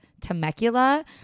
Temecula